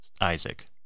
Isaac